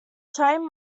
chiang